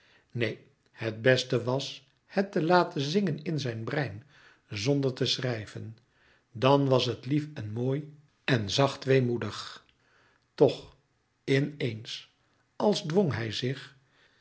neen het beste was het te laten zingen in zijn brein zonder te schrijven dan was het lief en mooi en zacht weemoedig toch in eens als dwong hij zich